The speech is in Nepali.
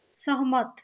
सहमत